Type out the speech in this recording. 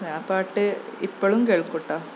ആ പാട്ട് ഇപ്പോഴും കേള്ക്കും കെട്ടോ